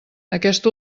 aquest